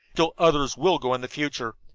still others will go in the future.